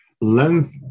Length